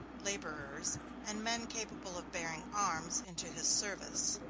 laborers, and men capable of bearing arms into his service.